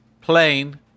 Plane